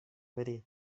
verí